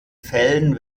fällen